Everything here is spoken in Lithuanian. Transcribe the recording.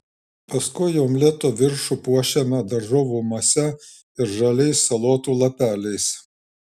paskui omleto viršų puošiame daržovių mase ir žaliais salotų lapeliais